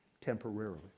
temporarily